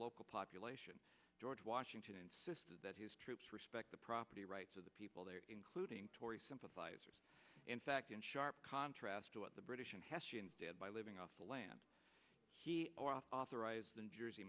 local population george washington insisted that his troops respect the property rights of the people there including tory sympathizers in fact in sharp contrast to what the british did by living off the land he authorized